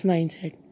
Mindset